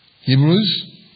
Hebrews